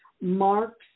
marks